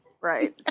Right